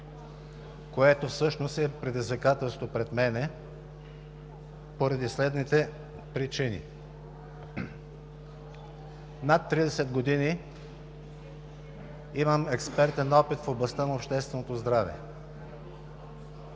което всъщност е предизвикателство пред мен поради следните причини. Имам над 30 години експертен опит в областта на общественото здраве.